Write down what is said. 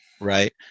right